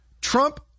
Trump